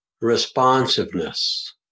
responsiveness